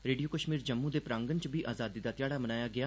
radio Kashmir Jammu दे प्रांगण च बी आज़ादी दा ध्याड़ा मनाया गेआ